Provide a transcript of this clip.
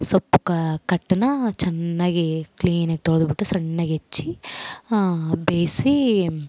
ಸೊಪ್ಪು ಕಟ್ಟ್ನಾ ಚೆನ್ನಾಗಿ ಕ್ಲೀನಾಗಿ ತೊಳೆದ್ಬಿಟ್ಟು ಸಣ್ಣಗೆ ಹೆಚ್ಚಿ ಬೇಯಿಸಿ